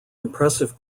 impressive